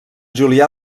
julià